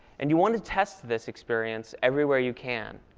and you want to test this experience everywhere you can.